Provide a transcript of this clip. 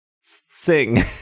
sing